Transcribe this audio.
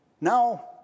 Now